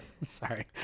Sorry